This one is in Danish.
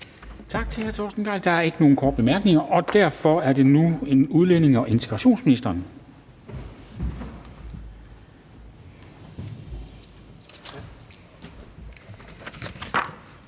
Tak til hr. Torsten Gejl. Der er ikke nogen korte bemærkninger. Og derfor er det nu udlændinge- og integrationsministeren.